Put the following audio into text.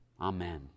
Amen